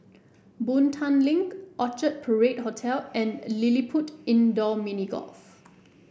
Boon Tat Link Orchard Parade Hotel and LilliPutt Indoor Mini Golf